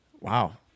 Wow